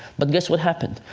but guess what happened?